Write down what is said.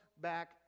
back